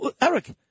Eric